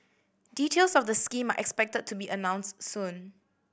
details of the scheme are expected to be announced soon